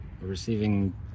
Receiving